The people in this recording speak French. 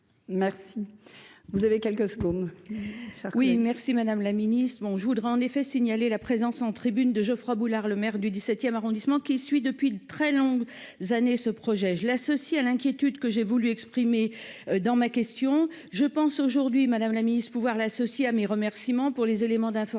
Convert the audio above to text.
merci, vous avez quelques secondes.